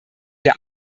der